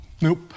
Nope